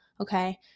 Okay